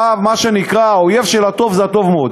מה שנקרא: האויב של הטוב זה הטוב מאוד.